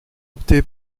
opté